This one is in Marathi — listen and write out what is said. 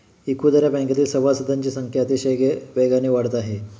इखुदरा बँकेतील सभासदांची संख्या अतिशय वेगाने वाढत आहे